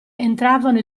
entravano